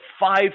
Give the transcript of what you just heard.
five